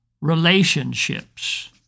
relationships